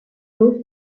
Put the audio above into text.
grup